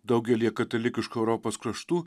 daugelyje katalikiškų europos kraštų